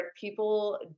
People